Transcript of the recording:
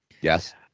Yes